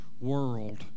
world